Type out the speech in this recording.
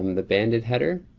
the banded header.